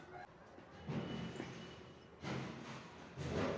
गराहक ह घर बइठे ऑनलाईन नेट बेंकिंग के जरिए म चेकबूक मंगवा सकत हे